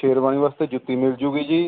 ਸ਼ੇਰਵਾਨੀ ਵਾਸਤੇ ਜੁੱਤੀ ਮਿਲ ਜੂਗੀ ਜੀ